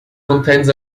contains